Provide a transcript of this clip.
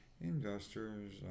Investors